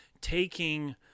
taking